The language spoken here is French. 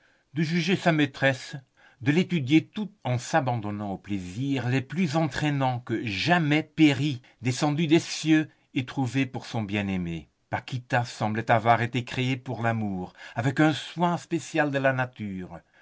de juger sa maîtresse de l'étudier tout en s'abandonnant aux plaisirs les plus entraînants que jamais péri descendue des cieux ait trouvés pour son bien-aimé paquita semblait avoir été créée pour l'amour avec un soin spécial de la nature